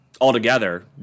altogether